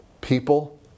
people